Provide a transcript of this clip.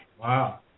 Wow